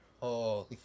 Holy